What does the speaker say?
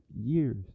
years